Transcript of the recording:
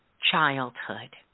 childhood